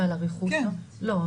לא,